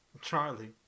Charlie